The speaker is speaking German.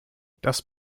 das